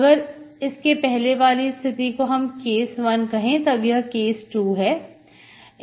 अगर इसके पहले वाली स्थिति को हम केस 1 कहे तब यह केस2 है